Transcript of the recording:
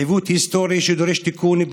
עיוות היסטורי שדורש תיקון.